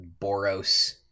Boros